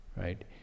Right